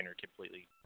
completely